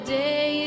day